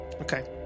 Okay